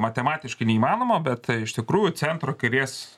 matematiškai neįmanoma bet iš tikrųjų centro kairės